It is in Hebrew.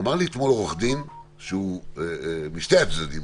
אמר לי אתמול עורך-דין שהוא משני הצדדים,